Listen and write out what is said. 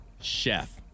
chef